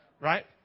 Right